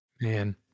man